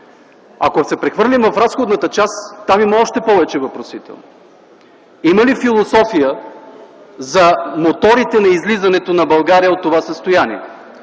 Ако се прехвърлим в разходната част, там има още повече въпросителни. Има ли философия за моторите на излизането на България от това състояние?